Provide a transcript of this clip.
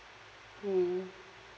mm